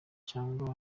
cyangwa